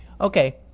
okay